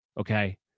Okay